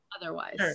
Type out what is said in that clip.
otherwise